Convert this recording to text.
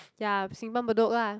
ya Simpang-Bedok lah